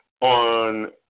on